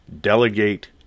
Delegate